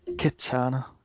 Katana